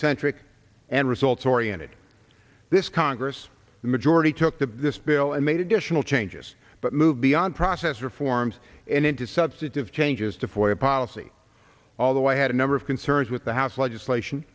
centric and results oriented this congress the majority took to this bill and made additional changes but moved beyond process reforms and into substantive changes to foreign policy although i had a number of concerns with the house legislation